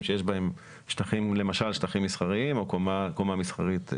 שיש בהם למשל שטחים מסחריים או קומה מסחרית,